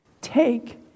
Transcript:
Take